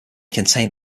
contain